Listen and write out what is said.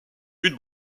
une